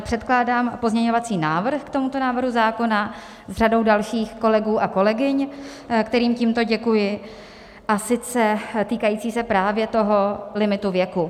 Předkládám pozměňovací návrh k tomuto návrhu zákona s řadou dalších kolegů a kolegyň, kterým tímto děkuji, a sice týkající se právě limitu věku.